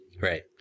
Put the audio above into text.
Right